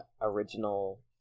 original